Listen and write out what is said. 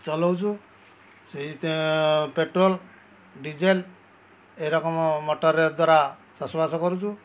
ଚଲାଉଛୁ ସେଇତ petrol diesel ଏ ରକମ ମଟରରେ ଦ୍ଵାରା ଚାଷବାସ କରୁଛୁ